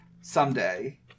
someday